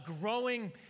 growing